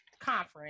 conference